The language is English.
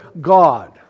God